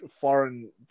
foreign